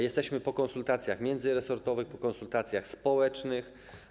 Jesteśmy po konsultacjach międzyresortowych, po konsultacjach społecznych.